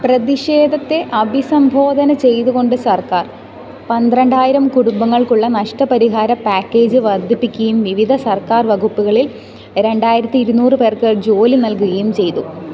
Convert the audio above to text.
പ്രതിഷേധത്തെ അഭിസംബോധന ചെയ്തുകൊണ്ട് സർക്കാർ പന്ത്രണ്ടായിരം കുടുംബങ്ങൾക്കുള്ള നഷ്ടപരിഹാര പാക്കേജ് വർദ്ധിപ്പിക്കുകയും വിവിധ സർക്കാർ വകുപ്പുകളിൽ രണ്ടായിരത്തിയിരുന്നൂറ് പേർക്ക് ജോലി നൽകുകയും ചെയ്തു